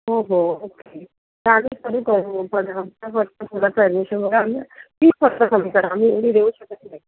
हो हो ओके मुलाचं ॲडमिशन बघा आणि फीस फक्त कमी करा मी एवढी देऊ शकत नाही